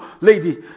lady